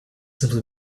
simply